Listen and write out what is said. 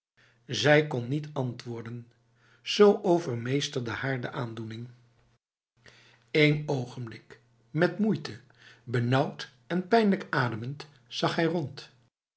zij kon niet antwoorden z overmeesterde haar de aandoening een ogenblik met moeite benauwd en pijnlijk ademend zag hij rond